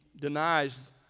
denies